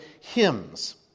hymns